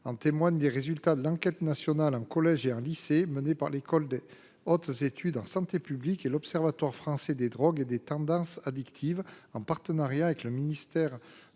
En témoignent les résultats de l’enquête nationale en collège et en lycée menée par l’École des hautes études en santé publique (EHESP) et l’Observatoire français des drogues et des tendances addictives (OFDT), en partenariat avec le ministère